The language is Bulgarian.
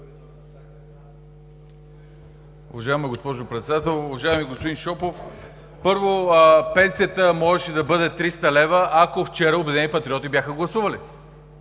Първо, пенсията можеше да бъде 300 лв., ако вчера „Обединени патриоти“ бяха гласували.